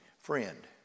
friend